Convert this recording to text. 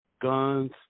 guns